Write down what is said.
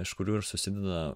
iš kurių ir susipina